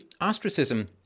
ostracism